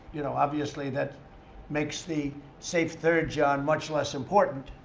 you know obviously, that makes the safe third, john, much less important.